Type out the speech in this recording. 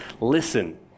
listen